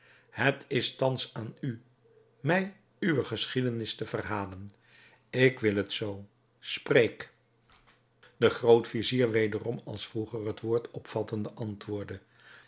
het is thans aan u mij uwe geschiedenis te verhalen ik wil het zoo spreek de grootvizier wederom als vroeger het woord opvattende antwoordde